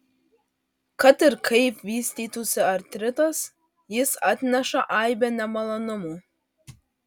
kad ir kaip vystytųsi artritas jis atneša aibę nemalonumų